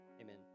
Amen